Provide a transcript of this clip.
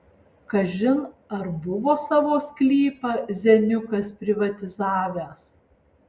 kažin ar buvo savo sklypą zeniukas privatizavęs